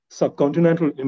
subcontinental